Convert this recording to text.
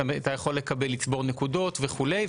אתה יכול לצבור נקודות וכולי.